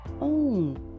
own